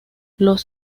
los